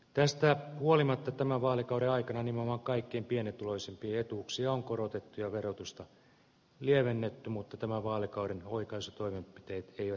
tästä huolimatta tämän vaalikauden aikana nimenomaan kaikkein pienituloisimpien etuuksia on korotettu ja verotusta lievennetty mutta tämän vaalikauden oikaisutoimenpiteet eivät vielä riitä